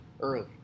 early